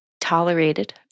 tolerated